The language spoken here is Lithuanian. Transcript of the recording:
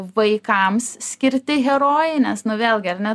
vaikams skirti herojai nes nu vėlgi ar ne